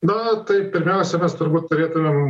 na tai pirmiausia mes turbūt turėtumėm